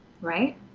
right